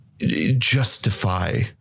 justify